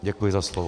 Děkuji za slovo.